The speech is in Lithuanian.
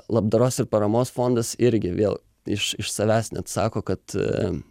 labdaros ir paramos fondas irgi vėl iš iš savęs net sako kad